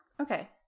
Okay